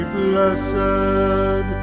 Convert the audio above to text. blessed